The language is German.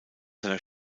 seiner